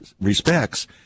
respects